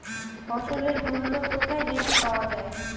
ফসলের মূল্য কোথায় বেশি পাওয়া যায়?